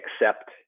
accept